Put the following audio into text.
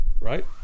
Right